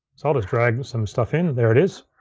so i'll just drag some stuff in, there it is.